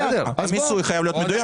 המיסוי חייב להיות מדויק.